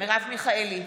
מרב מיכאלי,